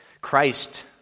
Christ